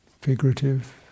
figurative